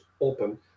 open